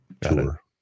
tour